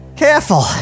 Careful